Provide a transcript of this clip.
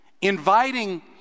inviting